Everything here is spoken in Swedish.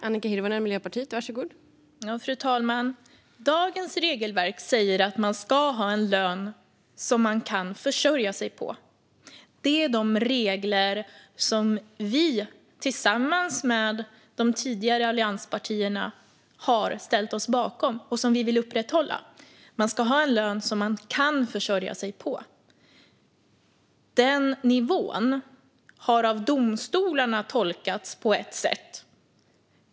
Fru talman! Dagens regelverk säger att man ska ha en lön som man kan försörja sig på. Det är de regler som vi tillsammans med de tidigare allianspartierna har ställt oss bakom och vill upprätthålla. Man ska ha en lön som man kan försörja sig på. Den nivån har av domstolarna tolkats på ett sätt.